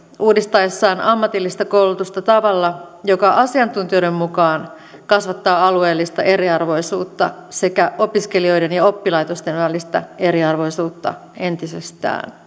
uudistaessaan ammatillista koulutusta tavalla joka asiantuntijoiden mukaan kasvattaa alueellista eriarvoisuutta sekä opiskelijoiden ja oppilaitosten välistä eriarvoisuutta entisestään